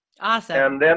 Awesome